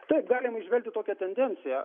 taip galim įžvelgti tokią tendenciją